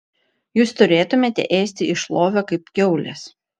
jūs turėtumėte ėsti iš lovio kaip kiaulės